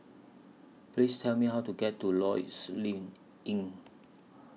Please Tell Me How to get to Lloyds Inn